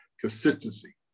consistency